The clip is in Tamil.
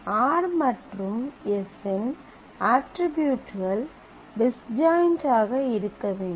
R மற்றும் S இன் அட்ரிபியூட்கள் டிஸ்ஜாய்ண்ட் ஆக இருக்க வேண்டும்